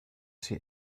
see